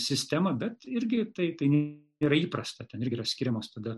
sistemą bet irgi tai tai yra įprasta ten irgi yra skiriamos tada